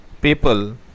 people